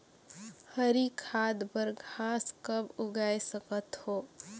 हरी खाद बर घास कब उगाय सकत हो?